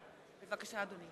(קוראת בשמות חברי